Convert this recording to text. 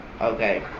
Okay